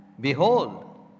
behold